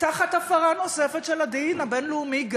תחת הפרה נוספת של הדין הבין-לאומי.